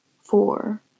four